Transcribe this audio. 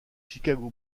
chicago